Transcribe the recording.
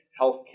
healthcare